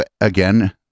again